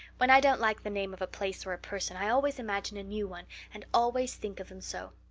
when i don't like the name of a place or a person i always imagine a new one and always think of them so.